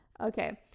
okay